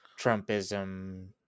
trumpism